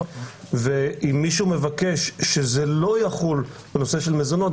ואם מישהו מבקש שזה לא יחול בנושא של מזונות,